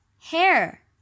Hair